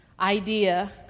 idea